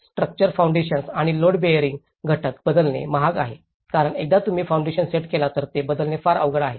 structure foundations आणि load bearing घटक बदलणे महाग आहे कारण एकदा तुम्ही फाउंडेशन सेट केले तर ते बदलणे फार अवघड आहे